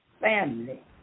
family